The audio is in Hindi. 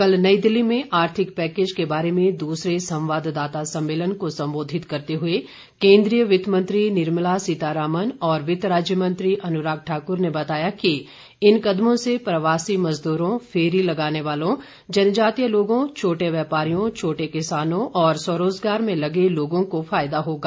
कल नई दिल्ली में आर्थिक पैकेज के बारे में दूसरे संवाददाता सम्मेलन को संबोधित करते हुए केन्द्रीय वित्त मंत्री निर्मला सीता रामन और वित्त राज्य मंत्री अनुराग ठाकुर ने बताया कि इन कदमों से प्रवासी मजदूरों फेरी लगाने वालों जनजातीय लोगों छोटे व्यापारियों छोटे किसानों और स्व रोजगार में लगे लोगों को फायदा होगा